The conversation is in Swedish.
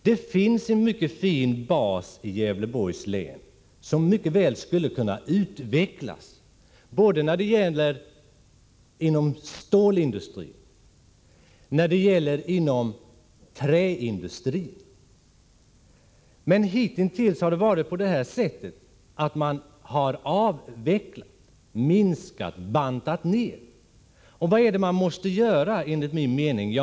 Det finns i Gävleborgs län en mycket fin bas som mycket väl skulle kunna utvecklas både inom stålindustrin och inom träindustrin. Men hitintills har det varit så, att man har avvecklat, minskat, bantat ned. Vad är det då som man enligt min mening måste göra?